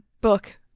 book